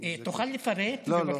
אם זה, תוכל לפרט, בבקשה?